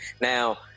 now